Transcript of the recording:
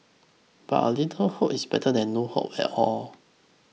but a little hope is better than no hope at all